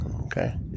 Okay